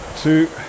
two